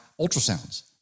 ultrasounds